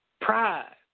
Pride